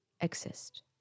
exist